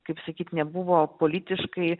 kaip sakyt nebuvo politiškai